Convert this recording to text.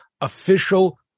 official